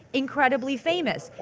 incredibly famous.